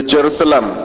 Jerusalem